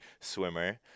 swimmer